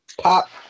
Pop